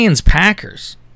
Packers